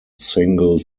single